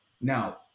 Now